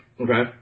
Okay